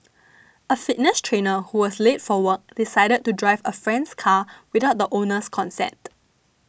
a fitness trainer who was late for work decided to drive a friend's car without the owner's consent